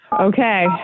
Okay